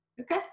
Okay